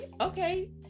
okay